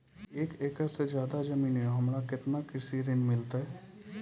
एक एकरऽ से अधिक जमीन या हमरा केतना कृषि ऋण मिलते?